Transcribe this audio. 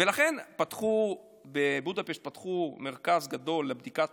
ולכן בבודפשט פתחו מרכז גדול לבדיקת